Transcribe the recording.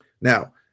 Now